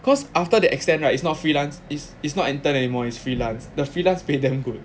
cause after they extend right it's not freelance it's it's not intern anymore it's freelance the freelance pay damn good